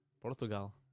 Portugal